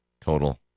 Total